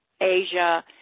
Asia